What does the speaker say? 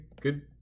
good